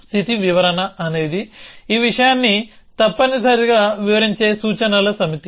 స్థితి వివరణ అనేది ఈ విషయాన్ని తప్పనిసరిగా వివరించే సూచనల సమితి